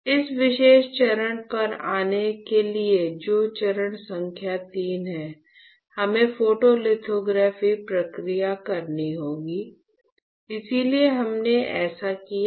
इस विशेष चरण पर आने के लिए जो चरण संख्या III है हमें फोटो लिथोग्राफी प्रक्रिया करनी होगी इसलिए हमने ऐसा किया है